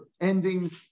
ending